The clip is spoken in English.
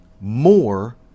more